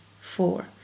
four